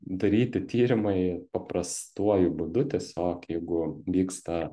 daryti tyrimai paprastuoju būdu tiesiog jeigu vyksta